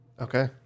Okay